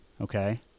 okay